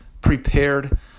prepared